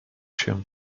się